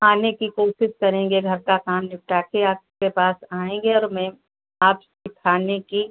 आने की कोशिश करेंगे घर का काम निपटा के आपके पास आएँगे और मेम आप सिखाने की